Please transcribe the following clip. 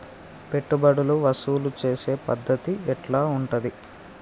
పెట్టుబడులు వసూలు చేసే పద్ధతి ఎట్లా ఉంటది?